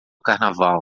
carnaval